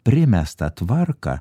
primestą tvarką